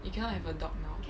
you cannot have a dog now